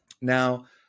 Now